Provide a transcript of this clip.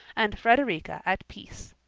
and frederica at peace.